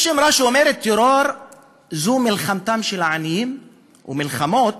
יש אמרה שאומרת: טרור זה מלחמתם של העניים ומלחמות